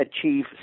achieve